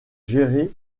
géré